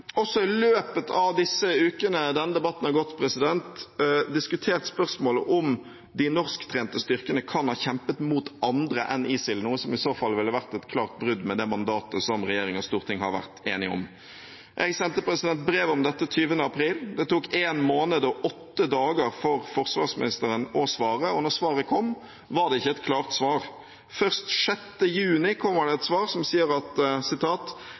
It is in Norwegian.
også diskutert spørsmålet om de norsktrente styrkene kan ha kjempet mot andre enn ISIL, noe som i så fall ville vært et klart brudd med det mandatet som regjering og storting har vært enige om. Jeg sendte brev om dette 20. april. Det tok en måned og åtte dager for forsvarsministeren å svare, og da svaret kom, var det ikke et klart svar. Først 7. juni kommer det et svar som sier: «Regjeringen har ikke mottatt rapportering om at